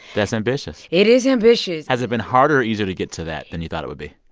that's ambitious it is ambitious has it been harder or easier to get to that than you thought it would be?